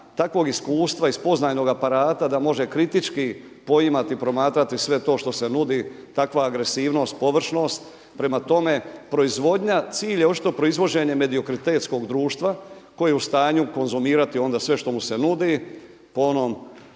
takvog iskustva iz spoznajnog aparata da može kritički poimati, promatrati sve to što se nudi, takva agresivnost, površnost. Prema tome, proizvodnja, cilj je očito proizvođenje mediokritetskog društva koje je u stanju konzumirati onda sve što mu se nudi po onom